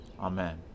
Amen